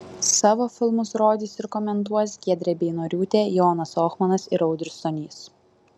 savo filmus rodys ir komentuos giedrė beinoriūtė jonas ohmanas ir audrius stonys